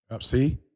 See